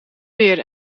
weer